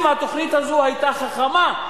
אם התוכנית הזו היתה חכמה,